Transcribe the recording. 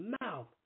mouth